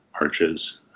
arches